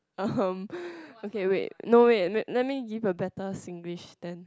uh okay wait no wait let let me give a better Singlish then